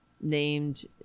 named